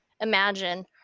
imagine